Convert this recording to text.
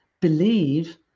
believe